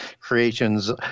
creations